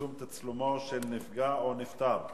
(פרסום תצלומו של נפגע או נפטר),